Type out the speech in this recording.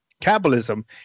capitalism